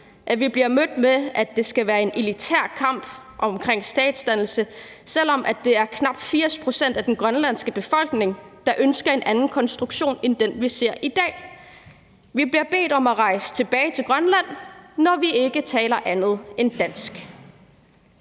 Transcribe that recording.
Vi bliver mødt med, at det skulle være en elitær kamp om statsdannelse, selv om det er knap 80 pct. af den grønlandske befolkning, der ønsker en anden konstruktion end den, vi ser i dag. Vi bliver bedt om at rejse tilbage til Grønland, når vi ikke taler andet end dansk.